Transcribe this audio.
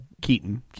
Keaton